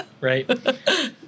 right